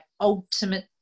ultimate